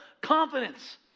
confidence